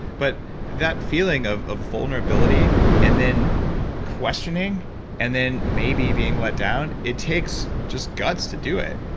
but that feeling of of vulnerability and then questioning and then maybe being let down, it takes just guts to do it.